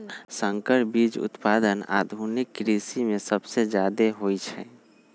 संकर बीज उत्पादन आधुनिक कृषि में सबसे जादे होई छई